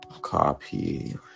Copy